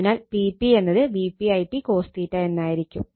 അതിനാൽ Pp എന്നത് Vp Ip cos ആയിരിക്കും